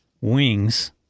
wings